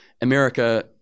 America